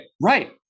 Right